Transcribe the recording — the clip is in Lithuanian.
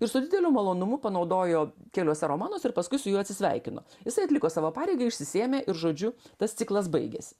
ir su dideliu malonumu panaudojo keliuose romanuose ir paskui su juo atsisveikino jisai atliko savo pareigą išsisėmė ir žodžiu tas ciklas baigėsi